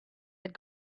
had